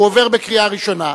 הוא עובר בקריאה ראשונה,